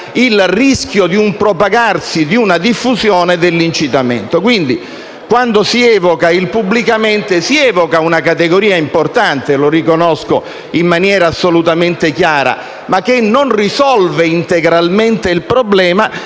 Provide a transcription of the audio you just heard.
il rischio di un propagarsi e di una diffusione dell'incitamento. Quando si utilizza il termine «pubblicamente» si evoca una categoria importante - lo riconosco in maniera assolutamente chiara - che però non risolve integralmente il problema